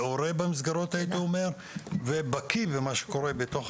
מעורה במסגרות ובקיא במה שקורה בתוך